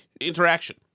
interaction